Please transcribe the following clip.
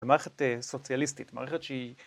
מערכת סוציאליסטית, מערכת שהיא